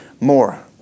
more